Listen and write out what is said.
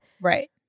Right